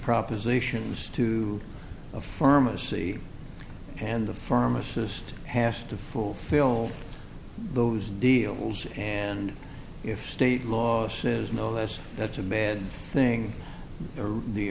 propositions to a pharmacy and the pharmacist has to fulfill those deals and if state law says no that's that's a man thing or the